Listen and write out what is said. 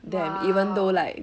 !wow!